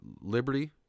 liberty